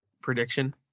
prediction